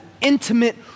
intimate